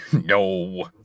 no